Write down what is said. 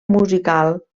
musical